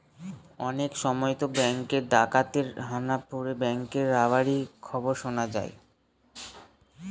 অনেক সময়তো ব্যাঙ্কে ডাকাতের হানা পড়ে ব্যাঙ্ক রবারির খবর শোনা যায়